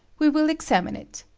we will examine it.